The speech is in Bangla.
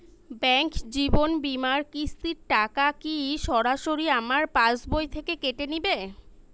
ব্যাঙ্ক জীবন বিমার কিস্তির টাকা কি সরাসরি আমার পাশ বই থেকে কেটে নিবে?